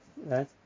Right